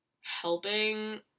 helping